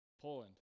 poland